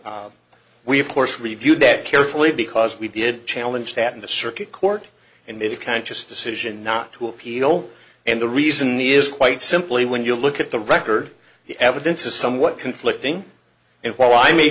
we of course reviewed that carefully because we did challenge that in the circuit court and made a conscious decision not to appeal and the reason is quite simply when you look at the record the evidence is somewhat conflicting and while i may